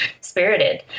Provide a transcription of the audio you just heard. spirited